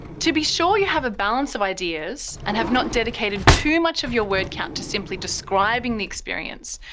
to be sure you have a balance of ideas and have not dedicated too much of your word count to simply describing the experience,